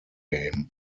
game